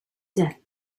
death